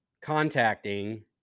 contacting